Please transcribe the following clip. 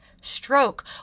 stroke